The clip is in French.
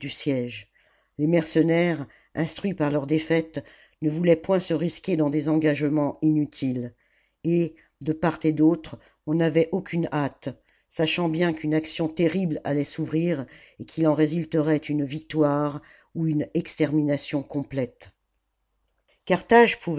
les mercenaires instruits par leurs défaites ne voulaient point se risquer dans des engagements inutiles et de part et d'autre on n'avait aucune hâte sachant bien qu'une action terrible allait s'ouvrir et qu'il en résulterait une victoire ou une extermination complète